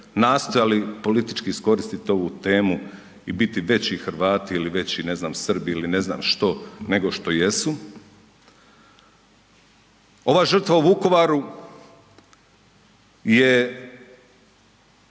nastojali politički iskoristiti ovu temu i biti veći Hrvati ili veći, ne znam, Srbi ili ne znam što, nego što jesu. Ova žrtva u Vukovaru je